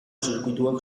zirkuituak